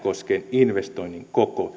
investoinnin koko